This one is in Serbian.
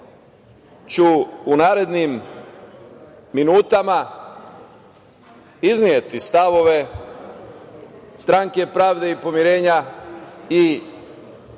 ću u narednim minutima izneti stavove Stranke pravde i pomirenja i